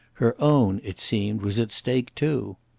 her own, it seemed, was at stake too.